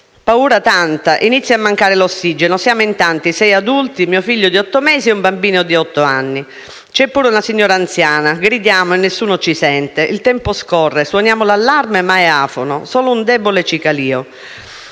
Paura tanta, inizia a mancare l'ossigeno, siamo tanti, sei adulti, mio figlio di otto mesi e un bambino di otto anni circa. C'è pure una signora anziana. Gridiamo, nessuno ci sente. Il tempo scorre, suoniamo l'allarme, ma è afono: solo un debole cicalio.